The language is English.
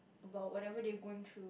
about whatever they're going through